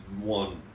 one